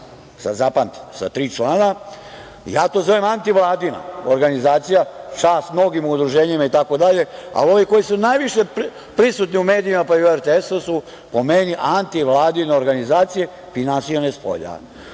Da zapamtite – sa tri člana. Ja to zovem antivladina organizacija. Čast mnogim udruženjima itd, ali ovi koji su najviše prisutni u medijima pa i uRTS su po meni antivladine organizacije finansirane